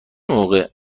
موقع